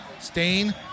Stain